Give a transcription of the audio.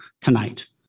tonight